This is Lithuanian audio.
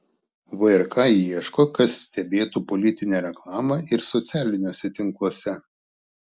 vrk ieško kas stebėtų politinę reklamą ir socialiniuose tinkluose